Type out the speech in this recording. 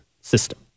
system